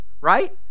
right